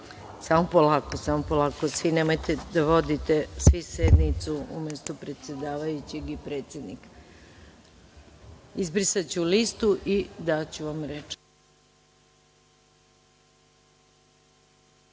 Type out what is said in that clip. da izbrišem. Samo polako, nemojte da vodite svi sednicu umesto predsedavajućeg i predsednika. Izbrisaću listu i daću vam reč. Reč